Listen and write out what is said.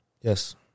Yes